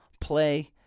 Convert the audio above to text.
Play